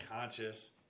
Conscious